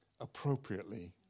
appropriately